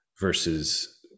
versus